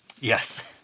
Yes